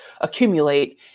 accumulate